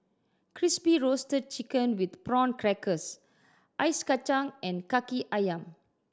Crispy Roasted Chicken with Prawn Crackers Ice Kachang and Kaki Ayam